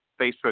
Facebook